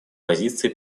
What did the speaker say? позиции